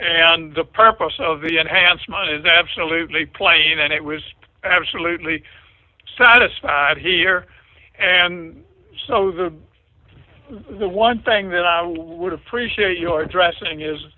and the purpose of the enhancement is absolutely plain and it was absolutely satisfied here and so the the one thing that i would appreciate your dressing is